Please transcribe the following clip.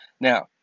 Now